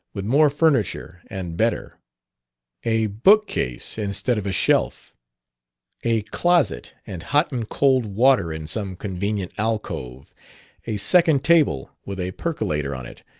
with more furniture and better a bookcase instead of a shelf a closet, and hot and cold water in some convenient alcove a second table, with a percolator on it,